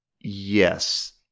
Yes